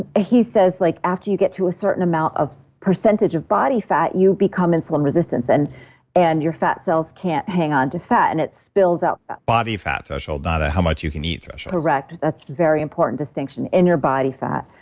he says like after you get to a certain amount of percentage of body fat, you become insulin resistance, and and your fat cells can't hang on to fat, and it spills outdave ah body fat threshold not how much you can eat threshold correct. that's very important distinction in your body fat.